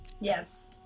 yes